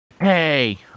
Hey